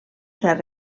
cert